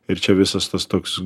ir čia visas tas toks